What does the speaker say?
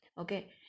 okay